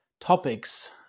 topics